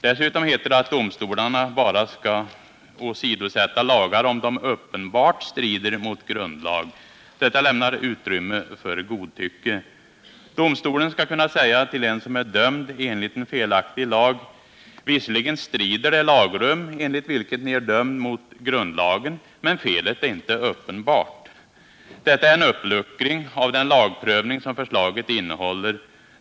Dessutom heter det att domstolarna bara skall åsidosätta lagar, om de uppenbart strider mot grundlag. Detta lämnar utrymme för godtycke. Domstolen skall kunna säga till en som är dömd enligt en felaktig lag: Visserligen strider det lagrum enligt vilket ni är dömd mot grundlagen, men felet är inte uppenbart. Detta innebär en uppluckring av den lagprövning som förslaget innehåller.